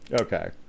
okay